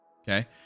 okay